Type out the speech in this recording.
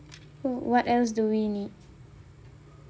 wh~ what else do we need